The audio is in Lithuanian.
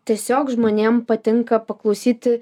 tiesiog žmonėm patinka paklausyti